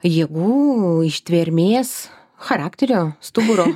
jėgų ištvermės charakterio stuburo